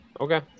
Okay